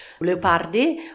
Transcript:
Leopardi